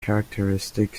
characteristic